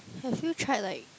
have you tried like